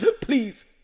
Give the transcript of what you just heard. please